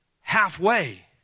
halfway